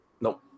Nope